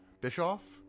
Bischoff